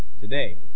today